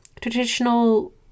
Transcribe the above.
traditional